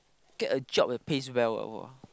get a job that pays well ah !wah!